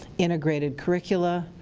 integrated curricula.